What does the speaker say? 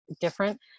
different